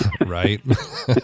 Right